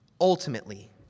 ultimately